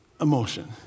emotion